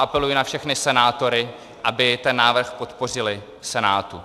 Apeluji na všechny senátory, aby ten návrh podpořili v Senátu.